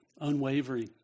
Unwavering